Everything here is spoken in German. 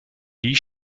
die